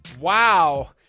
Wow